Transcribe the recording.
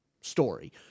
story